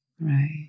right